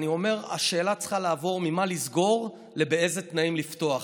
אני אומר: השאלה צריכה לעבור ממה לסגור לבאילו תנאים לפתוח.